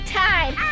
time